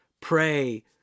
pray